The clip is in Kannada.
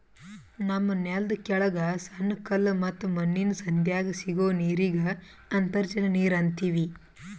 ನಮ್ಮ್ ನೆಲ್ದ ಕೆಳಗ್ ಸಣ್ಣ ಕಲ್ಲ ಮತ್ತ್ ಮಣ್ಣಿನ್ ಸಂಧ್ಯಾಗ್ ಸಿಗೋ ನೀರಿಗ್ ಅಂತರ್ಜಲ ನೀರ್ ಅಂತೀವಿ